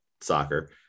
soccer